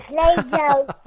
Play-Doh